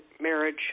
marriage